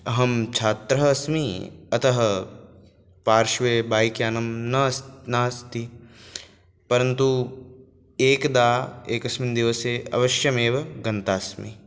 अहं छात्रः अस्मि अतः पार्श्वे बैक्यानं न नास्ति परन्तु एकदा एकस्मिन् दिवसे अवश्यमेव गन्तास्मि